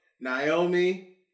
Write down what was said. Naomi